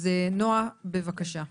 אז נועה, בבקשה.